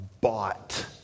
Bought